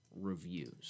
reviews